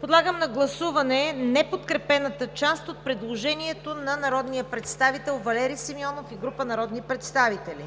Подлагам на гласуване неподкрепеното предложение на народния представител Корнелия Нинова и група народни представители.